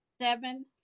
seven